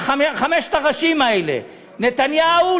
חמשת הראשים האלה: נתניהו,